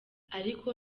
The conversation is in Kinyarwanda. ariko